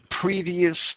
previous